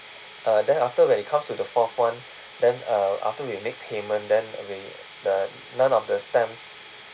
uh then after when it comes to the fourth one then uh after we make payment then we the none of the stamps